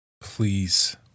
Please